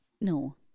no